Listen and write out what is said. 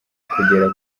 kugera